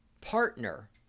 partner